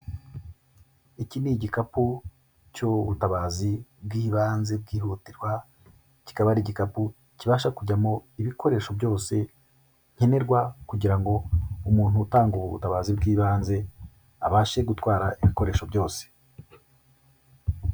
Iki ni igikapu cy'ubutabazi bw'ibanze bwihutirwa, kikaba ari igikapu kibasha kujyamo ibikoresho byose nkenerwa kugira ngo umuntu utange ubu butabazi bw'ibanze abashe gutwara ibikoresho byose.